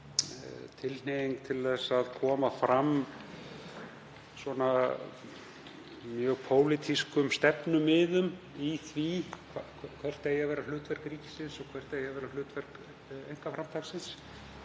tilhneiging til að koma fram mjög pólitískum stefnumiðum í því hvert eigi að vera hlutverk ríkisins og hvert eigi að vera hlutverk einkaframtaksins,